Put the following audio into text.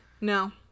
No